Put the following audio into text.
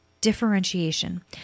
differentiation